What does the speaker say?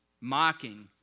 mocking